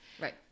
Right